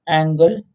angle